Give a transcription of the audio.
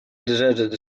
deserted